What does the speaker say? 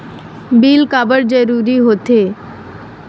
Bill काबर जरूरी होथे?